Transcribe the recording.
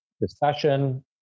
discussion